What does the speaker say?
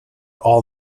all